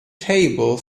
table